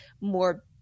more